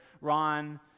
Ron